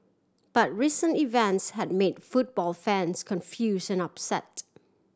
but recent events had made football fans confuse and upset